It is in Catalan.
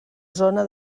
zona